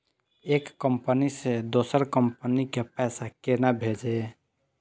एक कंपनी से दोसर कंपनी के पैसा केना भेजये?